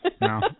No